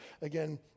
again